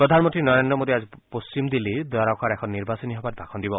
প্ৰধানমন্ত্ৰী নৰেন্দ্ৰ মোদীয়ে আজি পশ্চিম দিল্লীৰ দ্বাৰকাত এখন নিৰ্বাচনী সভাত ভাষণ দিব